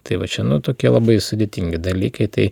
tai va čia nu tokie labai sudėtingi dalykai tai